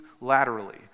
laterally